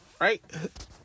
right